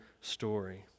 story